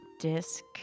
disc